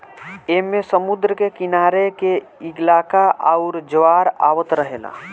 ऐमे समुद्र के किनारे के इलाका आउर ज्वार आवत रहेला